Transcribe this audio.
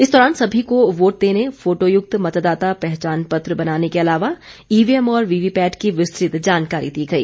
इस दौरान सभी को वोट देने फोटोयुक्त मतदाता पहचान पत्र बनाने के अलावा ईवीएम और वीवीपैट की विस्तृत जानकारी दी गई